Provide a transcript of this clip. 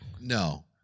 No